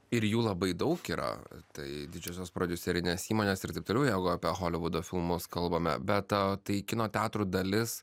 ir jų labai daug yra tai didžiosios prodiuserinės įmonės ir taip toliau jeigu apie holivudo filmus kalbame bet tai kino teatrų dalis